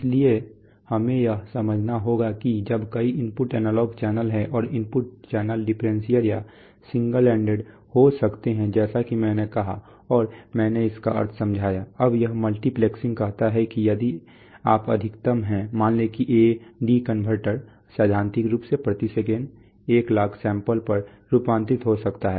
इसलिए हमें यह समझना होगा कि जब कई इनपुट एनालॉग चैनल हैं और इनपुट चैनल डिफरेंशियल या सिंगल एंडेड हो सकते हैं जैसा कि मैंने कहा और मैंने इसका अर्थ समझाया अब यह मल्टीप्लेक्सिंग कहता है कि यदि आप अधिकतम हैं मान लें कि AD कनवर्टर सैद्धांतिक रूप से प्रति सेकेंड 100000 सैंपल पर रूपांतरित हो सकता है